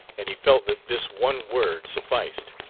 and he felt that this one word sufficed.